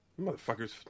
Motherfuckers